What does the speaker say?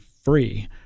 free